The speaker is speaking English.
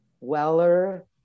weller